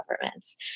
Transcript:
governments